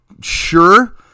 sure